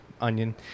Onion